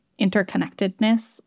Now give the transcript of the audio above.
interconnectedness